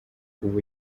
ubu